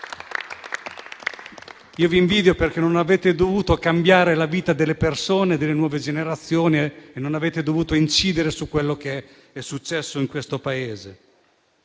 Io li invidio perché non hanno dovuto cambiare la vita delle persone, delle nuove generazioni e non hanno dovuto incidere su quello che è successo in questo Paese.